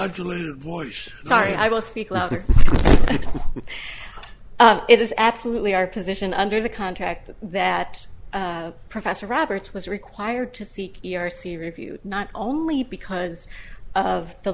little voice sorry i will speak louder it is absolutely our position under the contract that professor roberts was required to seek e r c reviewed not only because of the